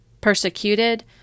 persecuted